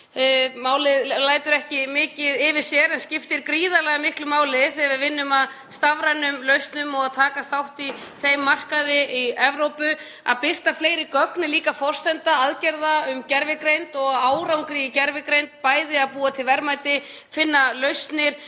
málið lætur ekki mikið yfir sér en það skiptir gríðarlega miklu máli þegar við vinnum að stafrænum lausnum og tökum þátt í þeim markaði í Evrópu. Að birta fleiri gögn er líka forsenda aðgerða varðandi gervigreind og árangur í gervigreind, bæði að búa til verðmæti, finna lausnir